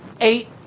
eight